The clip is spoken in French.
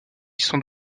sans